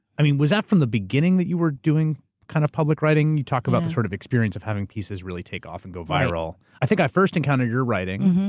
i mean was that from the beginning that you were doing kind of public writing? you talk about this sort of experience of having pieces really take off and go viral. i think i first encountered your writing,